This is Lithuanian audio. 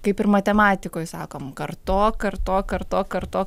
kaip ir matematikoj sakom kartok kartok kartok kartok